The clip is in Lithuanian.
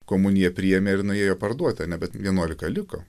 komuniją priėmė ir nuėjo parduoti ane bet vienuolika liko